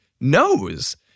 knows